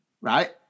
Right